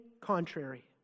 contrary